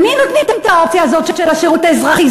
למי נותנים את האופציה הזאת של השירות האזרחי?